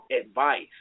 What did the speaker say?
advice